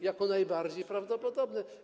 jako najbardziej prawdopodobne.